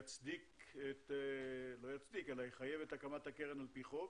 שיחייב את הקמת הקרן לפי חוק.